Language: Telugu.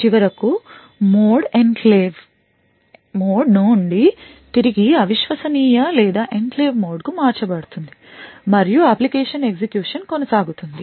చివరకు మోడ్ ఎన్క్లేవ్ మోడ్ నుండి తిరిగి అవిశ్వసనీయ లేదా ఎన్క్లేవ్ మోడ్ కు మార్చబడుతుంది మరియు అప్లికేషన్ execution కొనసాగుతుంది